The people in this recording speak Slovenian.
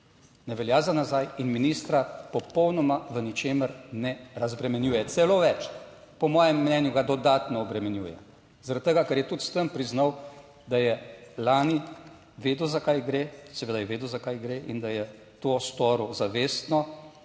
Ne velja za nazaj in ministra popolnoma v ničemer ne razbremenjuje. Celo več, po mojem mnenju ga dodatno obremenjuje. Zaradi tega, ker je tudi s tem priznal, da je lani vedel za kaj gre, seveda je vedel za